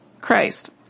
Christ